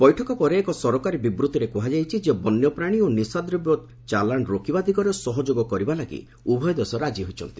ବୈଠକ ପରେ ଏକ ସରକାରୀ ବିବୃତ୍ତିରେ କୁହାଯାଇଛି ଯେ ବନ୍ୟପ୍ରାଣୀ ଓ ନିଶାଦ୍ରବ୍ୟ ଚାଲାଣ ରୋକିବା ଦିଗରେ ସହଯୋଗ କରିବା ଲାଗି ଉଭୟ ଦେଶ ରାଜି ହୋଇଛନ୍ତି